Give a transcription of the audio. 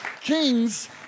Kings